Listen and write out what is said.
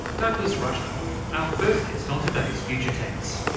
douglas rushkoff, our first guest on today's future tense.